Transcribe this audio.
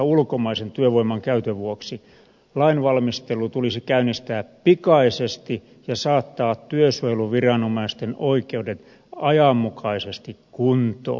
ulkomaisen työvoiman käytön vuoksi lain valmistelu tulisi käynnistää pikaisesti ja saattaa työsuojeluviranomaisten oikeudet ajanmukaisesti kuntoon